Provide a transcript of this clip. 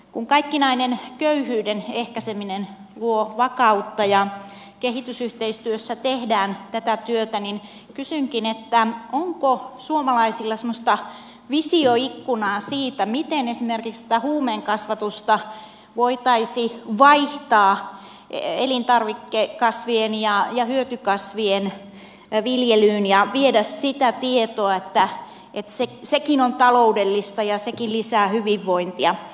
kun kaikkinainen köyhyyden ehkäiseminen luo vakautta ja kehitysyhteistyössä tehdään tätä työtä niin kysynkin onko suomalaisilla semmoista visioikkunaa siitä miten esimerkiksi tätä huumeen kasvatusta voitaisiin vaihtaa elintarvikekasvien ja hyötykasvien viljelyyn ja viedä sitä tietoa että sekin on taloudellista ja sekin lisää hyvinvointia